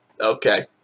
Okay